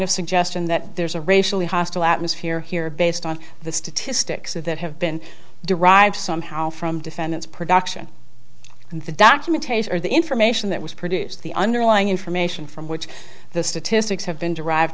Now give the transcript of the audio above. suggestion that there's a racially hostile atmosphere here based on the statistics of that have been derived somehow from defendants production and the documentation or the information that was produced the underlying information from which the statistics have been derived